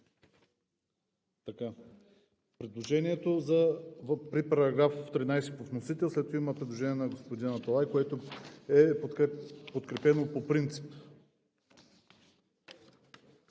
Предложението при § 13 по вносител. След това има предложение на господин Аталай, което е подкрепено по принцип